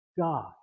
God